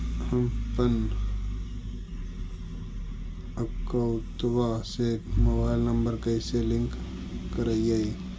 हमपन अकौउतवा से मोबाईल नंबर कैसे लिंक करैइय?